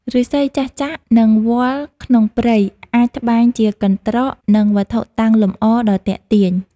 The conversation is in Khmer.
ឫស្សីចាស់ៗ និងវល្លិក្នុងព្រៃ អាចត្បាញជាកន្ត្រក និងវត្ថុតាំងលម្អដ៏ទាក់ទាញ។